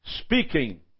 speaking